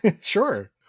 sure